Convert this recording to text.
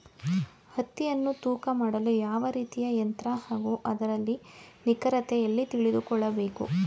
ಹತ್ತಿಯನ್ನು ತೂಕ ಮಾಡಲು ಯಾವ ರೀತಿಯ ಯಂತ್ರ ಹಾಗೂ ಅದರ ನಿಖರತೆ ಎಲ್ಲಿ ತಿಳಿದುಕೊಳ್ಳಬೇಕು?